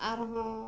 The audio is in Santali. ᱟᱨᱦᱚᱸ